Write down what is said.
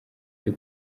cyo